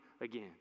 again